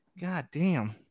goddamn